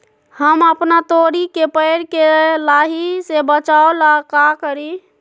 हम अपना तोरी के पेड़ के लाही से बचाव ला का करी?